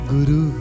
Guru